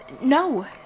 no